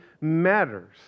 matters